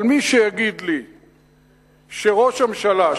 אבל מי שיגיד לי שראש הממשלה,